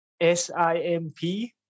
S-I-M-P